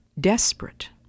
desperate